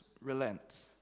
relent